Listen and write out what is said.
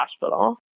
hospital